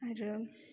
आरो